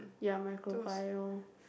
ya microbio